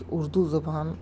کہ اردو زبان